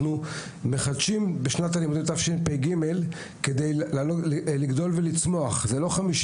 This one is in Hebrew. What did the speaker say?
אנחנו מחדשים בשנת התשפ"ג כדי לגדול ולצמוח מעבר